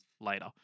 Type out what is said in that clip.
later